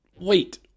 wait